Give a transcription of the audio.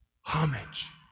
homage